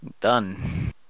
Done